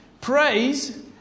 Praise